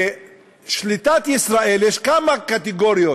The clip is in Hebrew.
בשליטת ישראל, יש כמה קטגוריות: